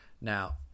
Now